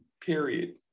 Period